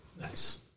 Nice